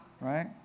Right